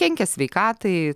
kenkia sveikatai